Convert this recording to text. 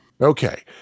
Okay